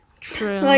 True